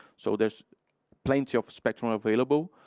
so there's plenty of spectrum available.